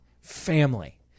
family